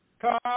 come